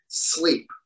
Sleep